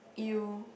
you